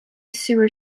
sewer